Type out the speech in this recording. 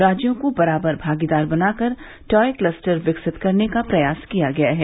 राज्यों को बराबर भागीदार बनाकर टॉय क्लस्टर विकसित करने का प्रयास किया गया है